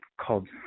called